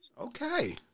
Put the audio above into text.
okay